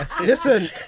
Listen